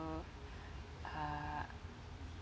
so uh